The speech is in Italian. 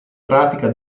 pratica